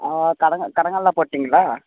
ஆ கடங்கா கடங்கல்லாக போட்டீங்களா